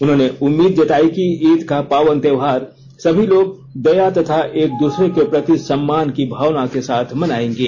उन्होंने उम्मीद जताई कि ईद का पावन त्यौहार सभी लोग दया तथा एक दूसरे के प्रति सम्मान की भावना के साथ मनाएंगे